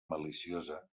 maliciosa